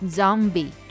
Zombie